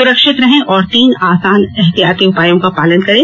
सुरक्षित रहें और तीन आसान उपायों का पालन करें